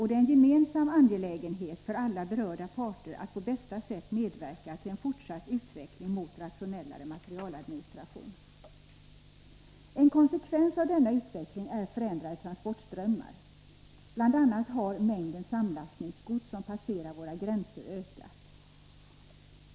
Det är en gemensam angelägenhet för alla berörda parter 61 att på bästa sätt medverka till en fortsatt utveckling mot rationellare materialadministration. En konsekvens av denna utveckling är förändrade transportströmmar. Bl. a. har mängden samlastningsgods som passerar våra gränser ökat.